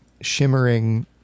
shimmering